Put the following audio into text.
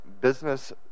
business